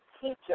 teacher